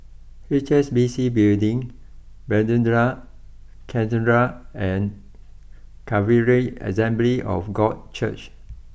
H S B C Building Bethesda Cathedral and Calvary Assembly of God Church